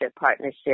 partnership